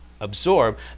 absorb